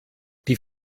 die